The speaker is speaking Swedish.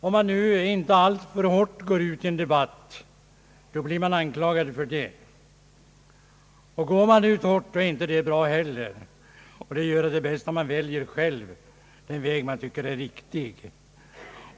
Om man nu inte alltför hårt går ut i en debatt blir man anklagad för detta, och går man ut alltför hårt är inte heller det bra. Detta gör att det är bäst att man själv väljer den väg man tycker är riktig.